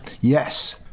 Yes